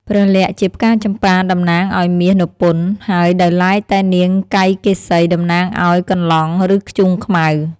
ព្រះលក្សណ៍ជាផ្កាចម្ប៉ាតំណាងឱ្យមាសនព្វន្ត ហើយដោយឡែកតែនាងកៃកេ សី តំណាងឱ្យកន្លង់ឬធ្យូងខ្មៅ។